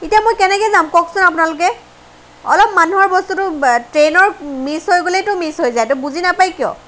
এতিয়া মই কেনেকে যাম কওঁকচোন আপোনালোকে অলপ মানুহৰ বস্তুটো ট্ৰেইনৰ মিচ হৈ গ'লেইটো মিচ হৈ যায় বুজি নাপায় কিয়